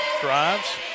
drives